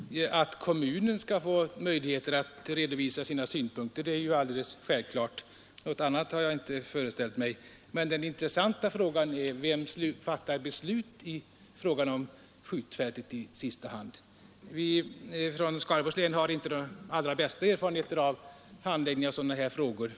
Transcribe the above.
Herr talman! Att kommunen skall få möjligheter att redovisa sina synpunkter är ju alldeles självklart — något annat hade jag inte föreställt mig. Men den intressanta frågan är: Vem fattar i sista hand beslut när det gäller skjutfältet? Vi från Skaraborgs län har inte de allra bästa erfarenheter av handläggningen av sådana här frågor.